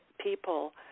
people